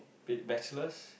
B~ Bachelors